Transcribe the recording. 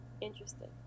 Interesting